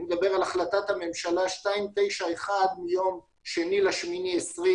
אני מדבר על החלטת הממשלה 291 מה-2 לפברואר 2020